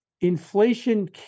inflation